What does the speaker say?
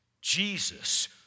Jesus